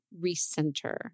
recenter